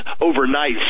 overnight